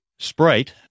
Sprite